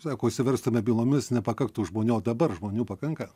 sako užsiverstume bylomis nepakaktų žmonių o dabar žmonių pakanka